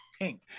pink